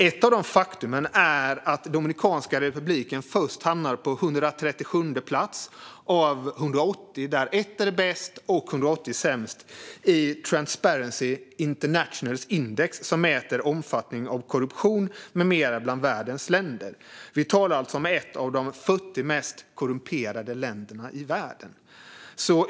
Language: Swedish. Ett av dessa fakta är att Dominikanska republiken hamnade först på plats 137 av 180 - plats 1 är bäst och plats 180 sämst - i Transparency Internationals index, som mäter omfattningen av korruption med mera bland världens länder. Vi talar alltså om ett av de 50 mest korrumperade länderna i världen.